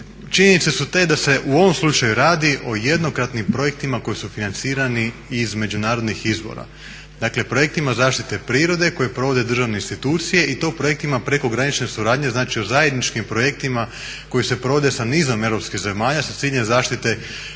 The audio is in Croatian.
činjenice su te da se u ovom slučaju radi o jednokratnim projektima koji su financirani iz međunarodnih izvora. Dakle, projektima zaštite prirode koje provode državne institucije i to projektima prekogranične suradnje znači o zajedničkim projektima koji se provode sa nizom europskih zemalja sa ciljem zaštite